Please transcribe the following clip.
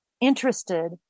interested